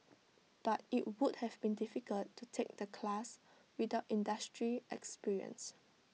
but IT would have been difficult to take the class without industry experience